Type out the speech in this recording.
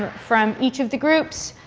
from each of the groups.